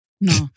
No